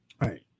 Right